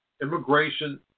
Immigration